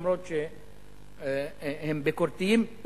למרות העובדה שהם ביקורתיים,